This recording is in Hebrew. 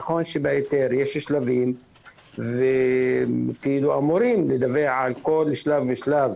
נכון שבהיתר יש שלבים ואמורים לדווח על כל שלב ושלב